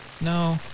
No